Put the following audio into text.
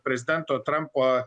prezidento trampo